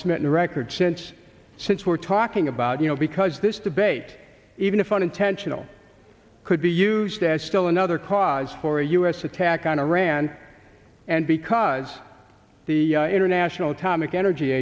smetana record sense since we're talking about you know because this debate even if unintentional could be used as still another cause for a u s attack on iran and because the international atomic energy